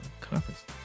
conference